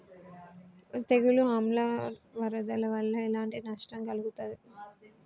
తెగులు ఆమ్ల వరదల వల్ల ఎలాంటి నష్టం కలుగుతది?